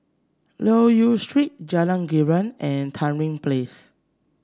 Loke Yew Street Jalan Girang and Tamarind Place